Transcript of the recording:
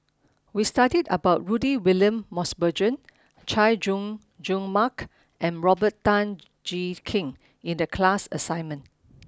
we studied about Rudy William Mosbergen Chay Jung Jun Mark and Robert Tan Jee Keng in the class assignment